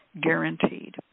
guaranteed